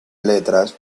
letras